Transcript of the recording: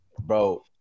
bro